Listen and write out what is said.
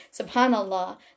SubhanAllah